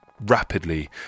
Rapidly